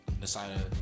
decided